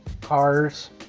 cars